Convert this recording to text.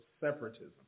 separatism